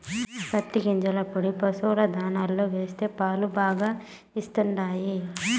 పత్తి గింజల పొడి పశుల దాణాలో వేస్తే పాలు బాగా ఇస్తండాయి